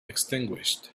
extinguished